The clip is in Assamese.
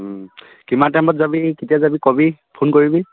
কিমান টাইমত যাবি কেতিয়া যাবি ক'বি ফোন কৰিবি